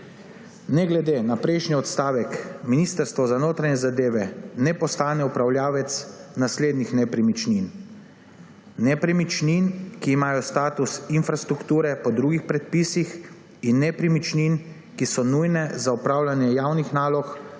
Ne glede na prejšnji odstavek Ministrstvo za notranje zadeve ne postane upravljavec naslednjih nepremičnin: nepremičnin, ki imajo status infrastrukture po drugih predpisih, in nepremičnin, ki so nujne za opravljanje javnih nalog,